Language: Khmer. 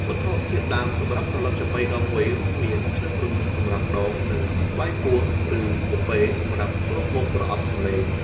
វត្ថុធាតុដើមសម្រាប់ផលិតចាប៉ីដងវែងរួមមាន ឈើគ្រញូងសម្រាប់ដង និងស្បែកពស់ឬពពែសម្រាប់គ្របមុខប្រអប់សំឡេង។